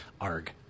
arg